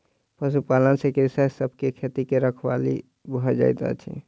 पशुपालन से कृषक सभ के खेती के रखवाली भ जाइत अछि